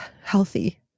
healthy